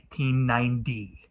1990